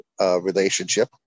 relationship